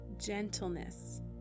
gentleness